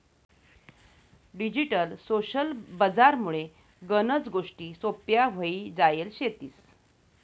digital social बजार मुळे गनच गोष्टी सोप्प्या व्हई जायल शेतीस